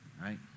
right